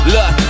Look